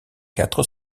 quatre